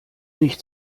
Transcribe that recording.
nicht